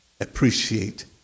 appreciate